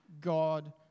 God